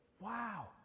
wow